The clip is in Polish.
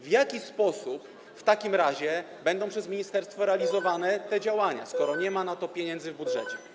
W jaki sposób w takim razie będą przez ministerstwo realizowane te działania, skoro nie ma na to pieniędzy w budżecie?